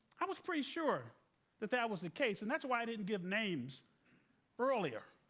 i was pretty sure that that was the case, and that's why i didn't give names earlier.